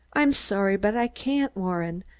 i'm sorry, but i can't, warren.